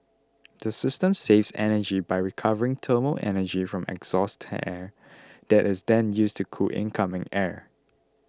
the system saves energy by recovering thermal energy from exhaust air that is then used to cool incoming air